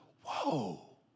whoa